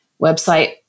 website